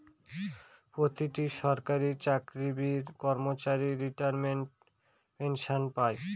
প্রতিটি সরকারি চাকরির কর্মচারী রিটায়ারমেন্ট পেনসন পাই